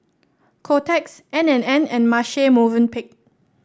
Kotex N and N and Marche Movenpick